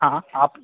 हा ह आप